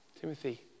Timothy